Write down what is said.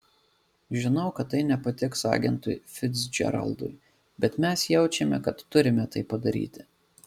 žinau kad tai nepatiks agentui ficdžeraldui bet mes jaučiame kad turime tai padaryti